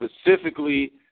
specifically